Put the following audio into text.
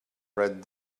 read